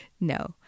No